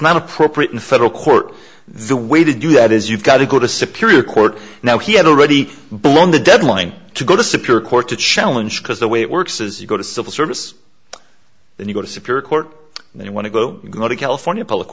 not appropriate in federal court the way to do that is you've got to go to secure court now he had already blown the deadline to go disappear court to challenge because the way it works is you go to civil service then you go to secure court and they want to go go to california public